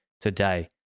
today